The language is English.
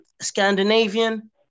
Scandinavian